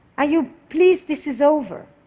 are you pleased this is over?